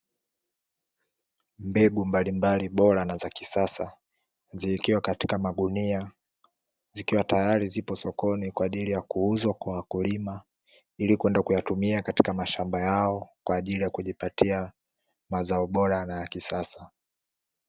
Mbegu mbalimbali bora na za kisasa zikiwa katika magunia, zikiwa tayari zipo sokoni kwa ajili ya kuuzwa kwa wakulima ili kwenda kuyatumia katika mashamba yao kwa ajili ya kujipatia mazao bora na ya kisasa.